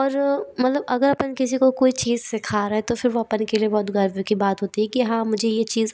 और मतलब अगर अपन किसी को कोई चीज़ सिखा रहे तो फिर वो अपन के लिए बहुत गर्व की बात होती है कि हाँ मुझे ये चीज़